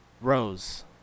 Rose